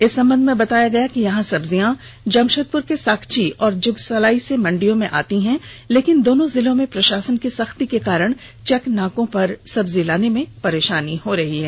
इस संबंध में बताया गया कि यहां सब्जियां जमशेदपुर के साकची और जुगसलाई की मंडियों से आती है लेकिन दोनों जिलों में प्रशासन की सख्ती के कारण चेकनाकों से सब्जी लाने में परेशानी हो रही है